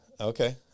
Okay